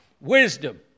wisdom